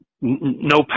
no